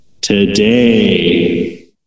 Today